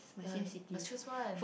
ya you must choose one